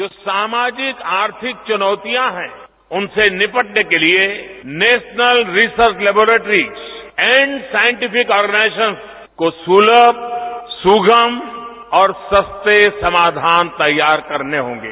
जो सामाजिक आर्थिक चुनौतियां हैं उनसे निपटने के लिए national research laboratories and scientific organisation को सुलभ सुगम और सस्ते समाधान तैयार करने होंगे